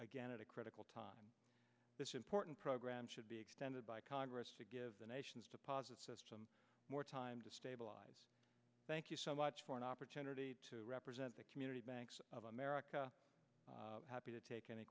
again at a critical time this important program should be extended by congress to give the nation's deposit more time to stabilize thank you so much for an opportunity to represent the community bank of america happy to take any